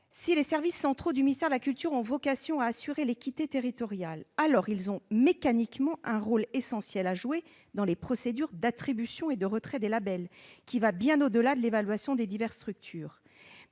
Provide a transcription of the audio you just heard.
si les services centraux du ministère de la culture ont vocation à assurer l'équité territoriale, alors ils ont mécaniquement un rôle essentiel à jouer dans la procédure d'attribution et de retrait des labels, et ce rôle va bien au-delà de l'évaluation des diverses structures.